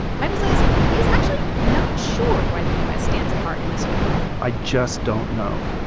michael says he is actually not sure why the u s. stands apart in this way i just don't know.